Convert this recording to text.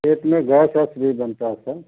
पेट में गैस वैस भी बनता है सर